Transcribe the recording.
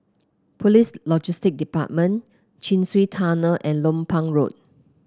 Police Logistics Department Chin Swee Tunnel and Lompang Road